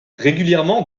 régulièrement